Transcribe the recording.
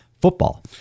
football